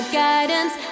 guidance